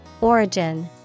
Origin